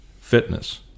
fitness